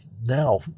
now